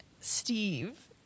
Steve